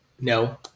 No